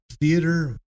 theater